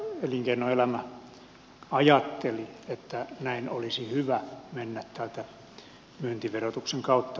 elinkeinoelämä ajatteli että näin olisi hyvä mennä täältä myyntiverotuksen kautta